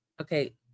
okay